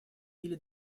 или